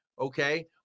okay